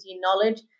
knowledge